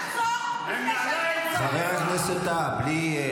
לאיפה את הולכת, טלי?